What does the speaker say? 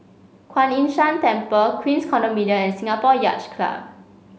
Kuan Yin San Temple Queens Condominium and Singapore Yacht Club